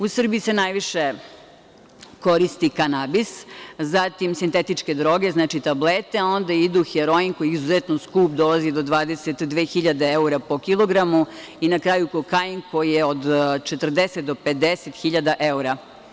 U Srbiji se najviše koristi kanabis, zatim sintetičke droge, znači tablete, onda idu heroin, koji je izuzetno skup, dolazi do 22.000 evra po kilogramu, i na kraju kokain koji je od 40.000 do 50.000 evra.